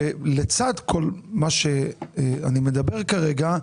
לצד כל מה שאני אומר כרגע,